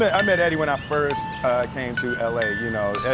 i met eddie when i first came to l a, you know?